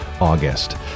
August